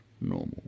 normal